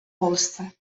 polsce